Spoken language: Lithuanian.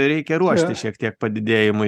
reikia ruoštis šiek tiek padidėjimui